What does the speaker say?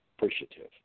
appreciative